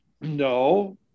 no